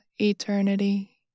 eternity